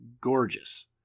gorgeous